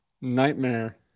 nightmare